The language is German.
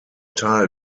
teil